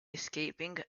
escaping